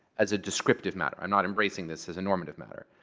as a descriptive matter. i'm not embracing this as a normative matter.